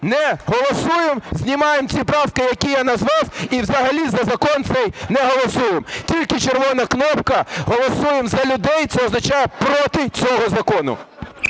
Не голосуємо, знімаємо ці правки, які я назвав, і взагалі за закон цей не голосуємо. Тільки червона кнопка. Голосуємо за людей. Це означає – проти цього закону.